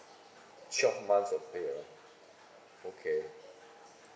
twelve months of pay ah okay